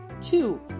Two